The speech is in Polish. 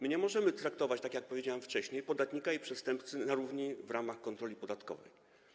My nie możemy traktować, tak jak powiedziałem wcześniej, podatnika i przestępcy na równi w ramach kontroli podatkowej.